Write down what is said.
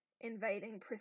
invading